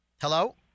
Hello